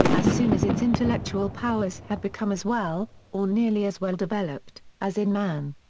as soon as its intellectual powers had become as well, or nearly as well developed, as in man.